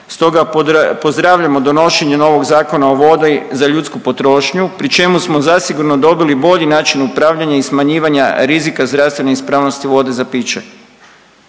Stoga pozdravljamo donošenje novog Zakona o vodi za ljudsku potrošnju pri čemu smo zasigurno dobili bolji način upravljanja i smanjivanja rizika zdravstvene ispravnosti vode za piće.